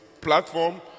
platform